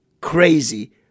crazy